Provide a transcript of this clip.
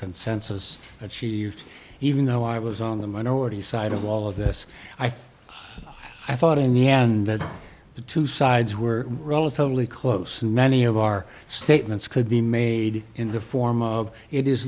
consensus achieved even though i was on the minority side of all of this i think i thought in the end that the two sides were relatively close and many of our statements could be made in the form of it is